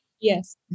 Yes